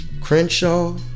Crenshaw